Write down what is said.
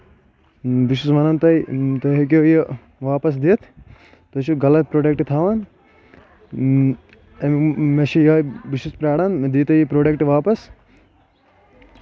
بہٕ چھُس وَنان تۄہہِ تُہۍ ہیٚکِو یہِ واپَس دِتھ تُہۍ چھِو غلط پروڈکٹ تھاوان مےٚ چھُ یہَے بہٕ چھُ پیاران مےٚ دیٖتو یہِ پروڈکٹ واپس